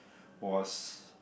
was